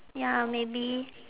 ya maybe